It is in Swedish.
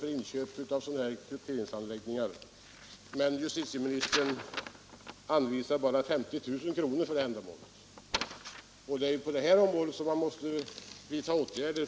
för inköp av krypteringsanläggningar, men justitieministern anvisar bara 50 000 kr. för detta ändamål. På det området måste man emellertid vidta åtgärder.